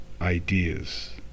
ideas